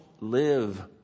live